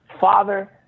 father